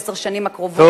עשר השנים הקרובות,